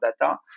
Data